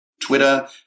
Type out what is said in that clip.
Twitter